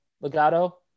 Legato